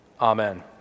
Amen